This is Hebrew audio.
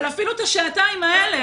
אבל אפילו את השעתיים האלה,